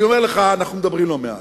אני אומר לך, אנחנו מדברים לא מעט,